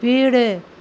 வீடு